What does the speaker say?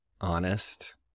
Honest